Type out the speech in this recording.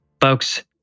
Folks